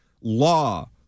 Law